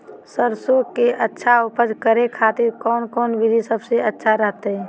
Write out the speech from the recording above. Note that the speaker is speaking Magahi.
सरसों के अच्छा उपज करे खातिर कौन कौन विधि सबसे अच्छा रहतय?